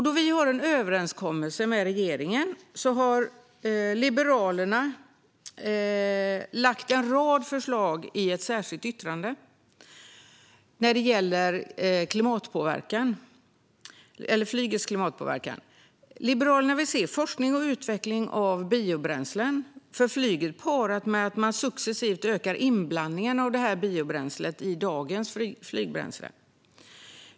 Då vi har en överenskommelse med regeringen har Liberalerna lagt fram en rad förslag i ett särskilt yttrande gällande flygets klimatpåverkan. Liberalerna vill se forskning och utveckling av biobränslen för flyget, parat med en successivt ökad inblandning av biobränsle i dagens flygbränsle.